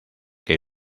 que